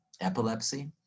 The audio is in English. epilepsy